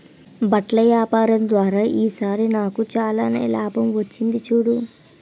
బట్టల వ్యాపారం ద్వారా ఈ సారి నాకు చాలానే లాభం వచ్చింది చూడు